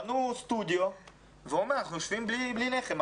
בנו סטודיו והוא אומר, אנחנו יושבים בלי לחם.